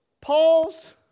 pause